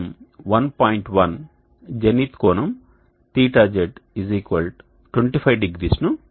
1 zenith కోణం θz 250 ను సూచిస్తుంది